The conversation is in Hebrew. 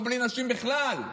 או בלי נשים בכלל,